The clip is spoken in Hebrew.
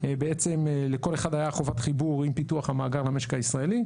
בעצם לכל אחד היה חובת חיבור עם פיתוח המאגר למשק הישראלי,